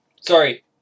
Sorry